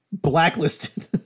blacklisted